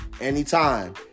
anytime